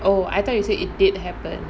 oh I thought you say it did happen